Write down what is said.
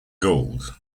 gould